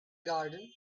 garden